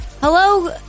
Hello